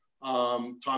Tom